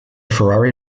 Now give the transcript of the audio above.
ferrari